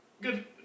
Good